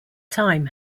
time